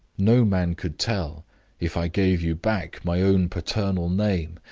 no man could tell if i gave you back my own paternal name,